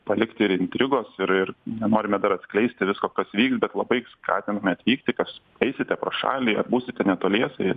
palikt ir intrigos ir ir nenorime dar atskleisti visko kas vyks bet labai skatiname atvykti kas eisite pro šalį ar būsite netoliese ir